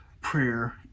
prayer